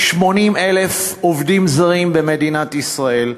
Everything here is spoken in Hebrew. יש 80,000 עובדים זרים במדינת ישראל.